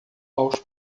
aos